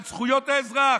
את זכויות האזרח,